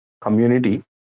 community